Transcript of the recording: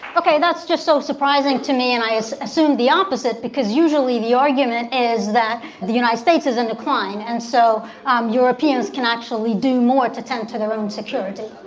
okay. that's just so surprising to me, and i assumed the opposite because usually the argument is that the united states is in decline, and so um europeans can actually do more to tend to their own security.